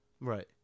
right